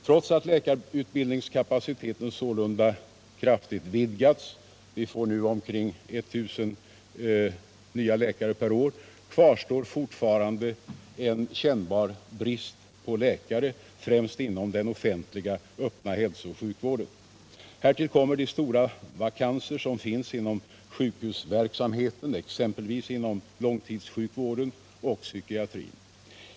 Trots att läkarutbildningskapaciteten sålunda kraftigt vidgats — vi får nu omkring 19000 nya läkare per år — kvarstår fortfarande en kännbar brist på läkare, främst inom den offentliga öppna hälsooch sjukvården. Härtill kommer de stora vakanser som finns inom sjukhusverksamheten, exempelvis inom långtidssjukvården och psykiatrin.